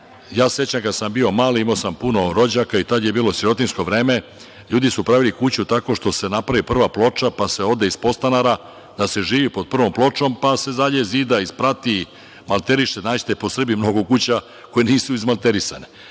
se kad sam bio mali, imao sam puno rođaka i tada je bilo sirotinjsko vreme, ljudi su pravili kuću tako što se napravi prva ploča, pa se ode iz podstanara da se živi pod prvom pločom, pa se dalje zida sprat, malteriše. Naći ćete po Srbiji mnogo kuća koje nisu izmalterisane. Znači,